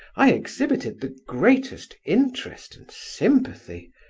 i exhibited the greatest interest and sympathy,